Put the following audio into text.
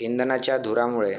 इंधनाच्या धुरामुळे